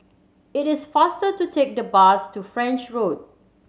it is faster to take the bus to French Road